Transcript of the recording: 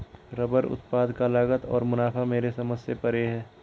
rubber उत्पाद का लागत और मुनाफा मेरे समझ से परे है